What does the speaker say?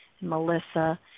Melissa